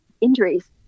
injuries